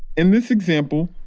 in this example,